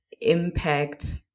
impact